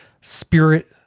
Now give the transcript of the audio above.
spirit